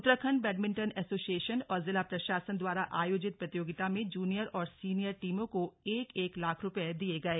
Uttarakhand badminton association और जिला प्रशासन द्वारा आयोजित प्रतियोगिता में जूनियर और सीनियर टीमों को एक एक लाख रुपये दिये गये